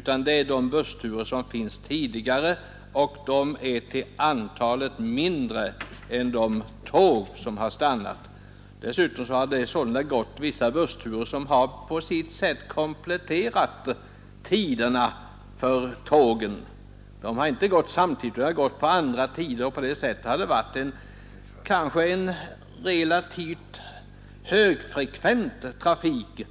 kommer alltså bara att ha de bussturer som finns sedan tidigare, och de är till antalet färre än de tåg som det är fråga om. Nu har vissa bussturer på sitt sätt kompletterat tågen; de har inte gått samtidigt utan på andra tider, och på det sättet har det kanske varit en relativt högfrekvent trafik.